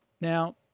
Now